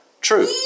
true